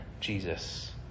Jesus